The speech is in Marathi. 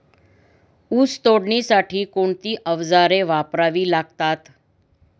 ऊस तोडणीसाठी कोणती अवजारे वापरावी लागतात?